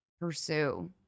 pursue